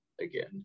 again